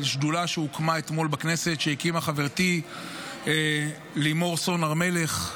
לשדולה שהוקמה אתמול בכנסת שהקימה חברתי לימור סון הר מלך,